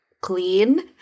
clean